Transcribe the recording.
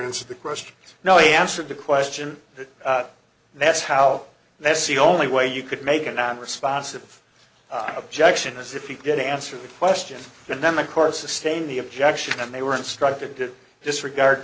into the groceries no you answered the question that that's how that's the only way you could make a non responsive objection is if you did answer the question and then the course sustain the objection and they were instructed to disregard